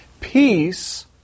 peace